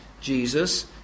Jesus